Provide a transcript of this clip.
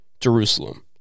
Jerusalem